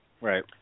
Right